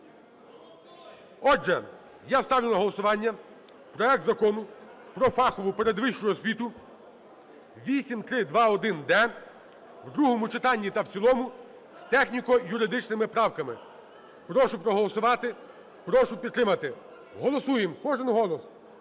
Отже, я ставлю на голосування проект Закону про фаховупередвищу освіту 8321-д в другому читанні та в цілому з техніко-юридичними правками. Прошу проголосувати, прошу підтримати. Голосуємо. Кожен голос.